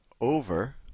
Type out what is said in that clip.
over